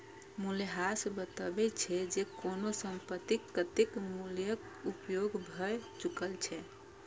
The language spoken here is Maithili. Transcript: मूल्यह्रास बतबै छै, जे कोनो संपत्तिक कतेक मूल्यक उपयोग भए चुकल छै